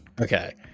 Okay